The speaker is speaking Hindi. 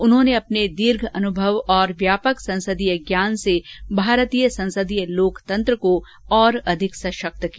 उन्होंने अपने दीर्घ अनुभव और व्यापक संसदीय ज्ञान से भारतीय संसदीय लोकतंत्र की और अधिक सशक्त किया